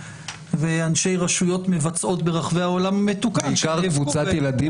ואנשי רשויות מבצעות ברחבי העולם המתוקן -- ישנה קבוצת ילדים